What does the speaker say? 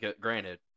granted